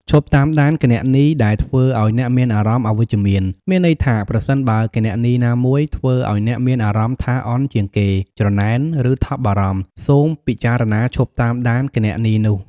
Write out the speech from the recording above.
ឈប់តាមដានគណនីដែលធ្វើឱ្យអ្នកមានអារម្មណ៍អវិជ្ជមាន មានន័យថាប្រសិនបើគណនីណាមួយធ្វើឱ្យអ្នកមានអារម្មណ៍ថាអន់ជាងគេ ច្រណែន ឬថប់បារម្ភ សូមពិចារណាឈប់តាមដានគណនីនោះ។